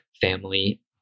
family